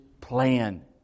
plan